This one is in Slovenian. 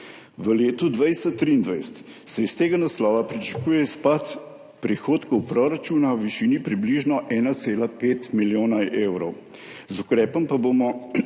V letu 2023 se iz tega naslova pričakuje izpad prihodkov proračuna v višini približno 1,5 milijona evrov. Z ukrepom pa bomo